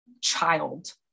child